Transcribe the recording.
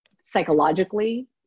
psychologically